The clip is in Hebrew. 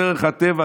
דרך הטבע,